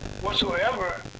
whatsoever